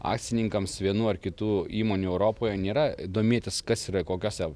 akcininkams vienų ar kitų įmonių europoje nėra domėtis kas yra kokiose